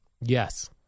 yes